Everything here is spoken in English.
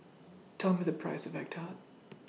Tell Me The Price of Egg Tart